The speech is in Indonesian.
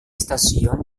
stasiun